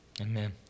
Amen